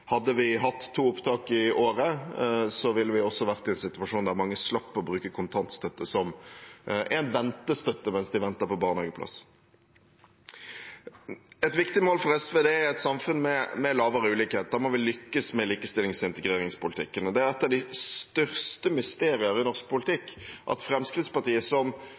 Hadde vi hatt to opptak i året, ville vi også vært i en situasjon der mange slapp å bruke kontantstøtte som en ventestøtte mens de venter på barnehageplass. Et viktig mål for SV er et samfunn med mindre ulikhet. Da må vi lykkes med likestillings- og integreringspolitikken. Det er et av de største mysterier i norsk politikk at Fremskrittspartiet, som